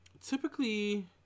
typically